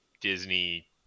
Disney